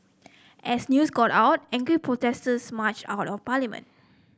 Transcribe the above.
as news got out angry protesters marched on parliament